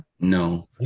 no